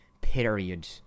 period